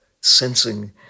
sensing